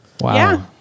Wow